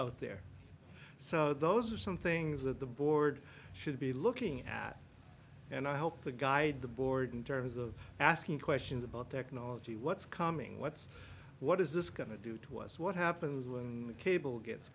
out there so those are some things that the board should be looking at and i hope to guide the board in terms of asking questions about their chronology what's coming what's what is this going to do to us what happens when cable gets